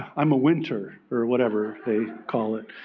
i'm a winter or whatever they call it,